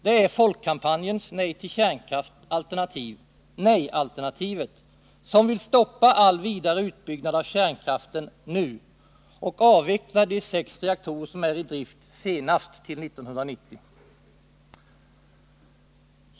Det är Folkkampanjens Nej till kärnkraft-alternativ, nej-alternativet som vill stoppa all vidare utbyggnad av kärnkraften nu och avveckla de sex reaktorer som är i drift senast till 1990.